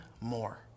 more